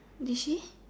did she